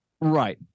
Right